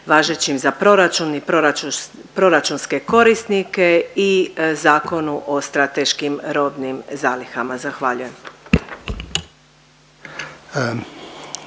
važećim za proračun i proračunske korisnike i Zakonu o strateškim robnih zalihama, zahvaljujem.